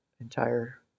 entire